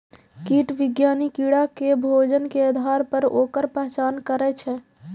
कीट विज्ञानी कीड़ा के भोजन के आधार पर ओकर पहचान करै छै